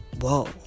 whoa